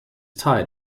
tired